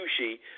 sushi